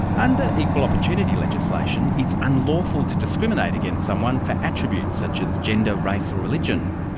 under equal opportunity legislation, it's unlawful to discriminate against someone for attributes such as gender, race or religion.